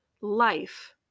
life